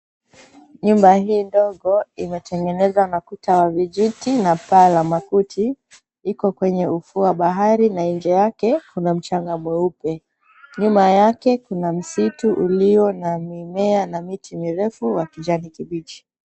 Nyumba hii ndogo imetengenezwa na kuta wa vijiti na paa la makuti, iko kwenye ufuo wa bahari na nje yake kuna mchanga mweupe. Nyuma yake kuna msitu ulio na mimea na miti mirefu wa kijani kibichi.